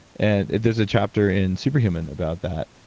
and there's a chapter in super human about that.